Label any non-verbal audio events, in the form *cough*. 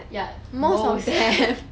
ya most *laughs*